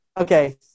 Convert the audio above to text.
okay